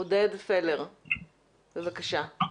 בבקשה.